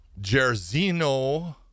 Jerzino